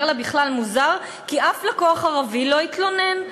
לה בכלל מוזר כי אף לקוח ערבי לא התלונן.